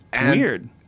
Weird